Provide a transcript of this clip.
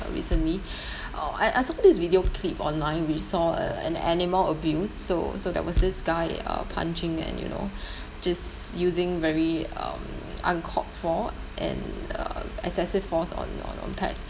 recently uh I I saw this video clip online we saw uh an animal abuse so so there was this guy uh punching and you know just using very um uncalled for and uh excessive force on on on pets